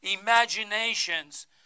imaginations